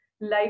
life